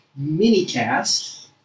minicast